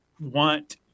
want